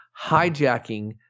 hijacking